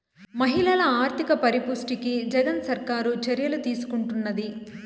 మహిళల ఆర్థిక పరిపుష్టికి జగన్ సర్కారు చర్యలు తీసుకుంటున్నది